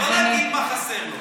לא להגיד מה חסר לו.